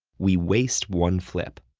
we waste one flip.